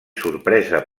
sorpresa